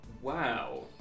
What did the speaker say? Wow